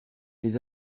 les